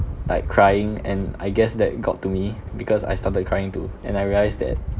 like crying and I guess that got to me because I started crying too and I realise that